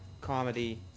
comedy